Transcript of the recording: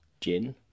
gin